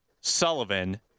Sullivan